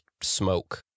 smoke